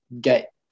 get